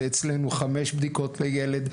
ואצלנו 5 בדיקות לילד.